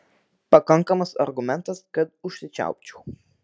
pakankamas argumentas kad užsičiaupčiau